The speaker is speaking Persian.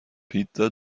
پیتزا